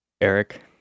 Eric